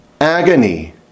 agony